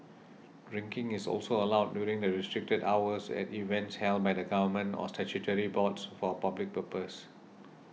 drinking is also allowed during the restricted hours at events held by the Government or statutory boards for a public purpose